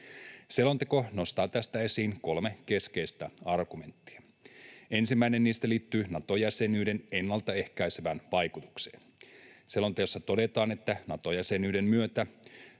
Selonteko nostaa tästä esiin kolme keskeistä argumenttia. Ensimmäinen niistä liittyy Nato-jäsenyyden ennalta ehkäisevään vaikutukseen. Selonteossa todetaan, että Nato-jäsenyyden myötä